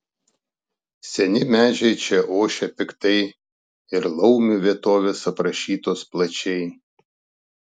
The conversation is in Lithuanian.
seni medžiai čia ošia piktai ir laumių vietovės aprašytos plačiai